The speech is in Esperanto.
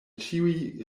ĉiuj